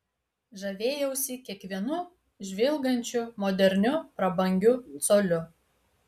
žavėjausi kiekvienu žvilgančiu moderniu prabangiu coliu